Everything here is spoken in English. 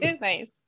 nice